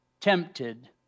tempted